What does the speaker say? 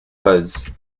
hoods